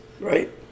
Right